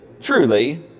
truly